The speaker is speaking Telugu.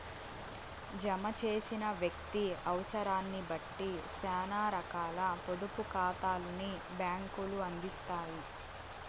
జమ చేసిన వ్యక్తి అవుసరాన్నిబట్టి సేనా రకాల పొదుపు కాతాల్ని బ్యాంకులు అందిత్తాయి